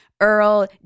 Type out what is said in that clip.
Earl